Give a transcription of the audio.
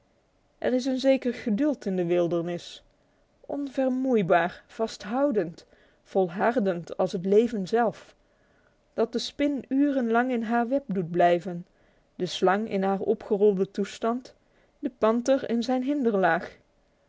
er is een zeker geduld in de wildernis onvermoeibaar vasthoudend volhardend als het leven zelf dat de spin urenlang in haar web doet blijven de slang in haar opgerolde toestand de panter in zijn hinderlaag